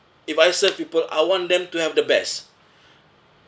if I serve people I want them to have the best